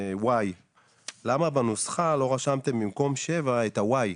Y. למה בנוסחה לא רשמתם במקום 7 את ה-Y.